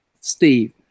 Steve